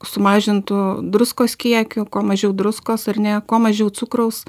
sumažintu druskos kiekiu kuo mažiau druskos ar ne kuo mažiau cukraus